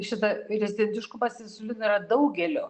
šitą ir rezitentiškumas insulinui yra daugelio